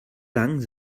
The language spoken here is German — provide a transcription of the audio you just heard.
lang